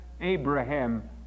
Abraham